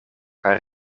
kaj